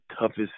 toughest